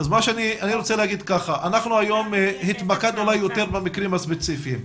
אנחנו היום התמקדנו אולי יותר במקרים הספציפיים.